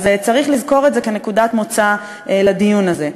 אז צריך לזכור את זה כנקודת מוצא לדיון הזה.